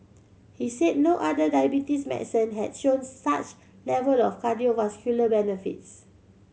he said no other diabetes medicine had shown such level of cardiovascular benefits